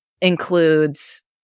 includes